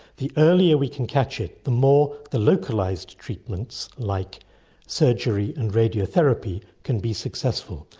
the earlier we can catch it, the more the localised treatments like surgery and radiotherapy can be successful.